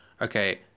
okay